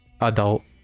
adult